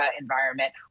environment